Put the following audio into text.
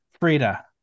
Frida